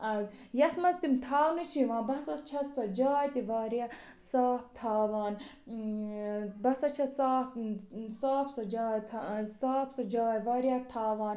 ٲں ییٚتھ منٛز تِم تھاونہٕ چھِ یوان بہٕ ہسا چھیٚس سۄ جاے تہِ واریاہ صاف تھاوان ٲں بہٕ ہسا چھیٚس صاف ٲں صاف سۄ جاے تھا ٲں صاف سۄ جاے واریاہ تھاوان